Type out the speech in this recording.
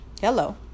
hello